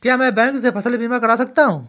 क्या मैं बैंक से फसल बीमा करा सकता हूँ?